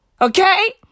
Okay